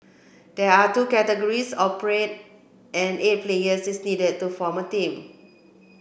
there are two categories Corporate and eight players is needed to form a team